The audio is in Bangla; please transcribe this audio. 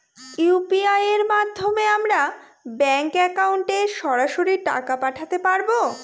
ইউ.পি.আই এর মাধ্যমে আমরা ব্যাঙ্ক একাউন্টে সরাসরি টাকা পাঠাতে পারবো?